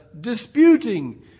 Disputing